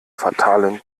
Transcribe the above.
fatalen